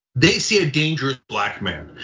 they see a dangerous black man,